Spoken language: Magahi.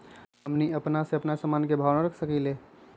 हमनी अपना से अपना सामन के भाव न रख सकींले?